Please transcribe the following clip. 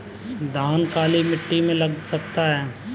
धान काली मिट्टी में लगा सकते हैं?